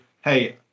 hey